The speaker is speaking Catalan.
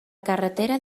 carretera